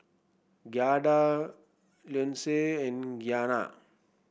Giada Leonce and Gianna